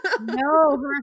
No